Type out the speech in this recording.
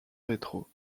rétro